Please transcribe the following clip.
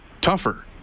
tougher